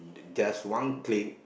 in just one click